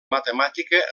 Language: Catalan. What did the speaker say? matemàtica